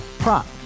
Prop